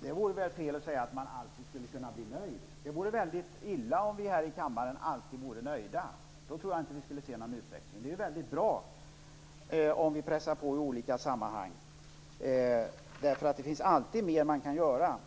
Det vore väl fel om man alltid blev nöjd. Det vore väldigt illa om vi här i kammaren alltid vore nöjda. Då tror jag inte att man skulle se någon utveckling. Det är ju bra om vi pressar på i olika sammanhang. Det finns alltid mer som man kan göra.